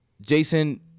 Jason